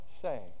say